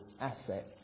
asset